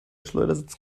schleudersitz